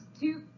two